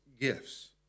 gifts